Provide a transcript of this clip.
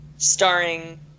Starring